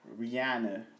Rihanna